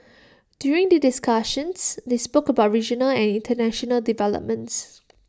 during the discussions they spoke about regional and International developments